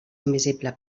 invisible